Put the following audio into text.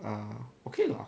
ah okay lah